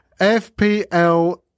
FPL